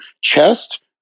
chest